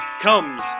comes